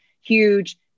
huge